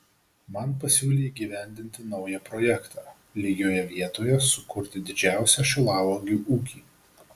man pasiūlė įgyvendinti naują projektą lygioje vietoje sukurti didžiausią šilauogių ūkį